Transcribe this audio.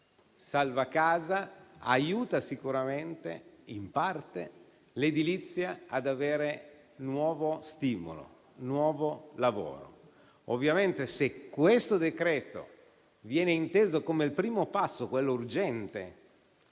salva casa aiuta sicuramente in parte l'edilizia ad avere nuovo stimolo e nuovo lavoro, ovviamente se questo decreto-legge viene inteso come il primo passo, quello urgente,